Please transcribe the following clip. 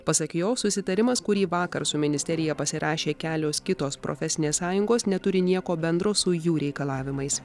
pasak jo susitarimas kurį vakar su ministerija pasirašė kelios kitos profesinės sąjungos neturi nieko bendro su jų reikalavimais